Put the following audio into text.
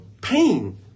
pain